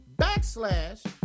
backslash